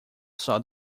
saw